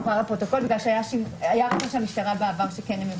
יובהר לפרוטוקול משום שבעבר היה --- שהמשטרה תוכל